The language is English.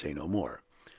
they can say no more.